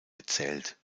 gezählt